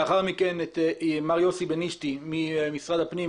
לאחר מכן יוסי בנישתי ממשרד הפנים,